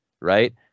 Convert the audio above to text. Right